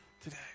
today